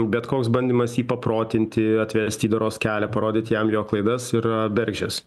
bet koks bandymas jį paprotinti atvest į doros kelią parodyt jam jo klaidas yra bergždžias